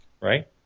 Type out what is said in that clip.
right